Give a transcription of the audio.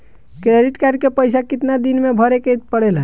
Credit card के पइसा कितना दिन में भरे के पड़ेला?